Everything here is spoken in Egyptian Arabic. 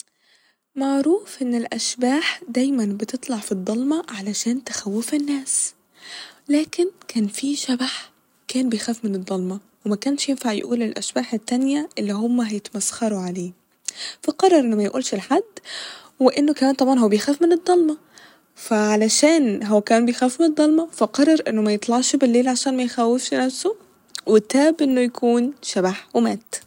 معروف إن الأشباح دايما بتطلع ف الضلمة علشان تخوف الناس لكن كان في شبح كان بيخاف من الضلمة ومكنش ينفع يقول للأشباح التانية اللي هما هيتمسخرو عليه ف قرر إنه ميقولش لحد وإنه كمان هو طبعا بيخاف من الضلمة ف علشان هو كان بيخاف م الضلمة فقرر إنه ميطلعش بالليل عشان ميخوفش نفسه وتاب إنه يكون شبح ومات